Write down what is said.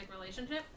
relationship